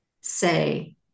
say